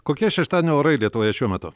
kokie šeštadienio orai lietuvoje šiuo metu